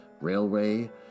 Railway